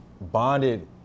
bonded